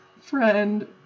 friend